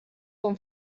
com